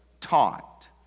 taught